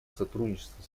сотрудничество